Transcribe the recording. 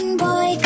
boy